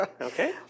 okay